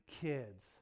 kids